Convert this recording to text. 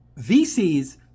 VCs